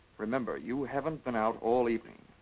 remember. you haven't been out all evening.